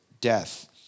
death